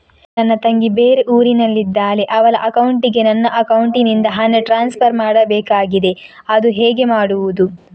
ನನ್ನ ತಂಗಿ ಬೇರೆ ಊರಿನಲ್ಲಿದಾಳೆ, ಅವಳ ಅಕೌಂಟಿಗೆ ನನ್ನ ಅಕೌಂಟಿನಿಂದ ಹಣ ಟ್ರಾನ್ಸ್ಫರ್ ಮಾಡ್ಬೇಕಾಗಿದೆ, ಅದು ಹೇಗೆ ಮಾಡುವುದು?